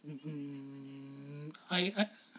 um I I